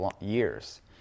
years